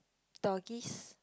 doggies